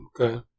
okay